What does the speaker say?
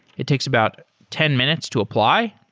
it takes about ten minutes to apply.